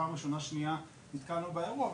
בפעם הראשונה ובפעם השנייה שנתקלנו באירוע.